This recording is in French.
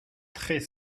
très